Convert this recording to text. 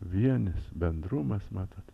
vienis bendrumas matot